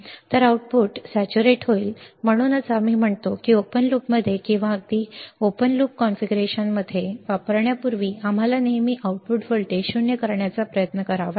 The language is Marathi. तर आउटपुट संतृप्त होईल म्हणूनच आम्ही ते ओपन लूपमध्ये किंवा अगदी बंद लूप कॉन्फिगरेशनमध्ये वापरण्यापूर्वी आम्हाला नेहमी आउटपुट व्होल्टेज शून्य करण्याचा प्रयत्न करावा लागतो